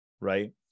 right